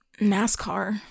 NASCAR